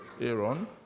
Aaron